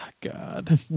God